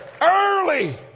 early